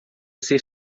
ser